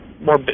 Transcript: more